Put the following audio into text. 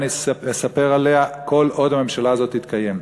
ואספר עליה כל עוד הממשלה הזאת תתקיים.